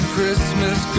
Christmas